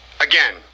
again